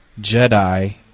Jedi